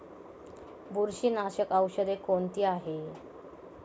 बुरशीनाशक औषधे कोणती आहेत?